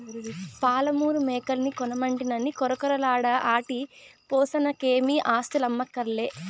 పాలమూరు మేకల్ని కొనమంటినని కొరకొరలాడ ఆటి పోసనకేమీ ఆస్థులమ్మక్కర్లే